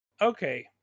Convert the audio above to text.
Okay